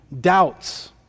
doubts